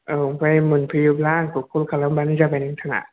औ ओमफ्राय मोनफैयोब्ला आंखौ कल खालामबानो जाबाय नोंथाङा